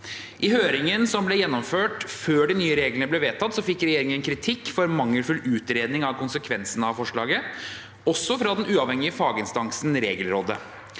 I høringen som ble gjennomført før de nye reglene ble vedtatt, fikk regjeringen kritikk for mangelfull utredning av konsekvensene av forslaget, også fra den uavhengige faginstansen Regelrådet.